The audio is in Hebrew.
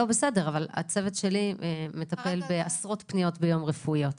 הצוות שלי מטפל בעשרות פניות רפואיות ביום.